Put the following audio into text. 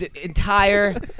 entire